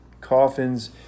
coffins